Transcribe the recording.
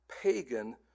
pagan